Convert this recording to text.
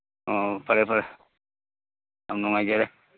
ꯑꯣ ꯐꯔꯦ ꯐꯔꯦ ꯌꯥꯝ ꯅꯨꯡꯉꯥꯏꯖꯔꯦ